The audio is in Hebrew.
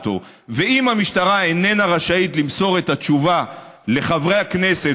ואם המשטרה איננה רשאית למסור את התשובה לחברי הכנסת,